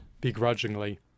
begrudgingly